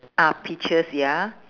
ah peaches ya